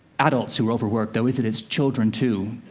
adults who overwork, though, is it? it's children, too.